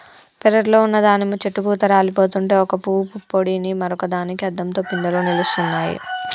పెరట్లో ఉన్న దానిమ్మ చెట్టు పూత రాలిపోతుంటే ఒక పూవు పుప్పొడిని మరొక దానికి అద్దంతో పిందెలు నిలుస్తున్నాయి